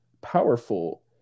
powerful